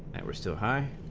are so high